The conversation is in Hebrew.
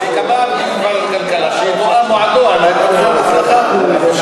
אז ייקבע בוועדת הכלכלה שיתואם מועד על-ידי מנהל הוועדה.